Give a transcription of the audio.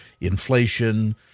inflation